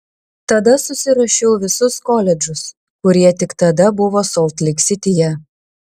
tada susirašiau visus koledžus kurie tik tada buvo solt leik sityje